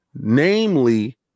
Namely